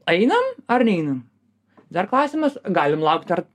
einam ar neinam dar klausimas galim laukt dar